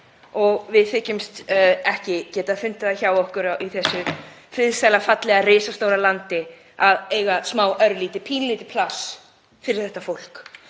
og við þykjumst ekki getað fundið það hjá okkur í þessu friðsæla, fallega, risastóra landi að eiga smá, örlítið, pínulítið pláss fyrir þetta fólk.